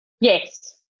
Yes